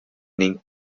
ning